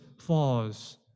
falls